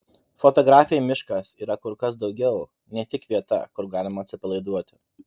fotografei miškas yra kur kas daugiau nei tik vieta kur galima atsipalaiduoti